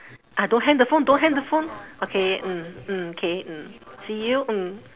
ah don't hang the phone don't hang the phone okay mm mm K mm see you mm